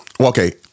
Okay